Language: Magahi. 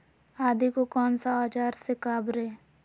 आदि को कौन सा औजार से काबरे?